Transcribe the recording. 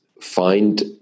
find